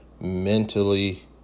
mentally